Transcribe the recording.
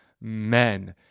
men